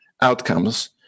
outcomes